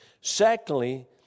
Secondly